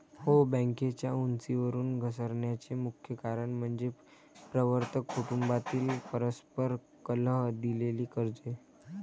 हो, बँकेच्या उंचीवरून घसरण्याचे मुख्य कारण म्हणजे प्रवर्तक कुटुंबातील परस्पर कलह, दिलेली कर्जे